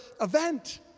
event